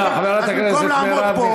במקום לעמוד פה,